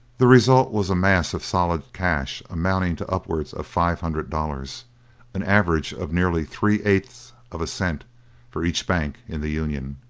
the result was a mass of solid cash amounting to upward of five hundred dollars an average of nearly three-eights of a cent for each bank in the union.